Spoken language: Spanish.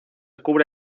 cubre